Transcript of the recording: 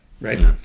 right